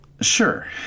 Sure